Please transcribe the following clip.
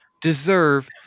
Deserve